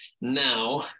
now